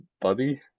buddy